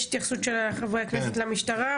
יש התייחסות של חברי הכנסת למשטרה.